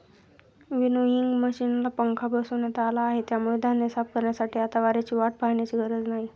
winnowing मशिनला पंखा बसवण्यात आला आहे, त्यामुळे धान्य साफ करण्यासाठी आता वाऱ्याची वाट पाहण्याची गरज नाही